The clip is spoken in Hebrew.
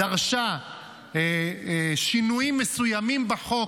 ועדת שרים דרשה שינויים מסוימים בחוק